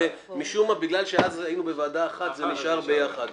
משום מה, בגלל שאז היינו בוועדה אחת זה נשאר ביחד.